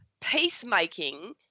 peacemaking